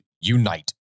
unite